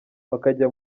bakajya